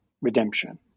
redemption